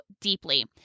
deeply